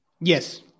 Yes